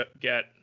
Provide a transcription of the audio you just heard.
get